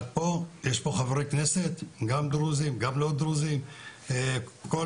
יש פה חברי כנסת גם דרוזים וגם לא דרוזים, כל